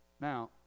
Now